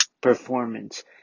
performance